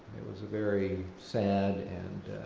it was a very sad and